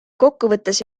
kokkuvõttes